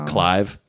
Clive